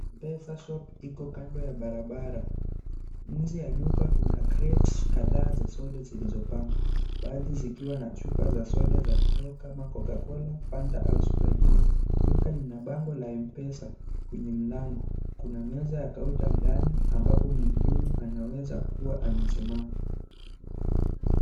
M-Pesa shop iko kando ya barabara. Nje ya duka kuna crates kadhaa za soda zilizopangwa; baadhi zikiwa na chupa za soda za kioo kama Coca-cola, Fanta au Sprite. Duka lina bango la M-Pesa kwenye mlango. Kuna meza ya kaunta ndani ambapo mhudumu anaweza kuwa amesimama.